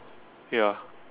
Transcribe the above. ya